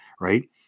Right